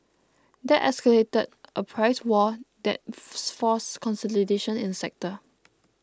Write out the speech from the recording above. that escalated a price war that's forced consolidation in the sector